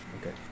Okay